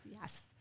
Yes